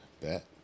Bet